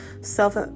self